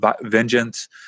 vengeance